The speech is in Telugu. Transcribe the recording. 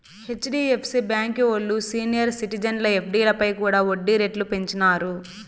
హెచ్.డీ.ఎఫ్.సీ బాంకీ ఓల్లు సీనియర్ సిటిజన్ల ఎఫ్డీలపై కూడా ఒడ్డీ రేట్లు పెంచినారు